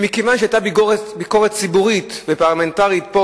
מכיוון שהיתה ביקורת ציבורית ופרלמנטרית פה,